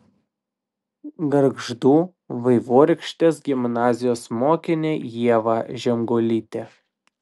gargždų vaivorykštės gimnazijos mokinė ieva žemgulytė